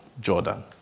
Jordan